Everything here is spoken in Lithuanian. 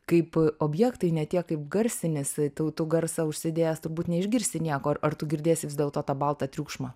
kaip objektai ne tiek kaip garsinis tu tu garsą užsidėjęs turbūt neišgirsi nieko ar tu girdėsis dėl to tą baltą triukšmą